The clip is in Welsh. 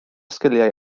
sgiliau